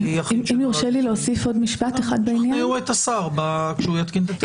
--- תשכנעו את השר כשהוא יתקין את התקנות.